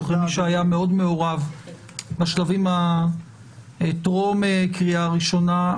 וכמי שהיה מאוד מעורב בשלבים הטרום קריאה ראשונה,